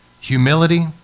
Humility